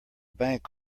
bank